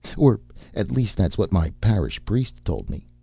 or, at least that's what my parish priest told me.